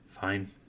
fine